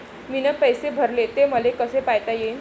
मीन पैसे भरले, ते मले कसे पायता येईन?